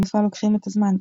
במופע "לוקחים את הזמן",